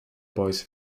boys